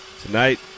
tonight